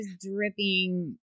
dripping